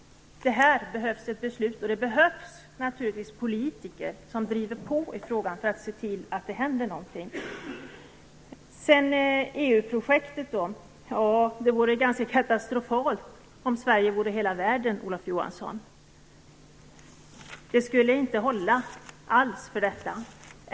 Det behövs ett beslut. Det behövs naturligtvis politiker som driver på i frågan och ser till att det händer någonting. Vad gäller EU-projektet kan jag säga att det vore ganska katastrofalt om Sverige vore hela världen, Olof Johansson. Det skulle inte alls hålla.